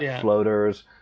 floaters